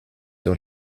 dans